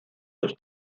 dos